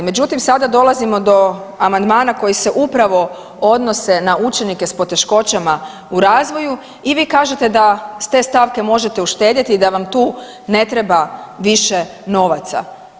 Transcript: Međutim, sada dolazimo do amandmana koji se upravo odnose na učenike s poteškoćama u razvoju i vi kažete da s te stavke možete uštedjeti i da vam tu ne treba više novaca.